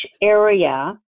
area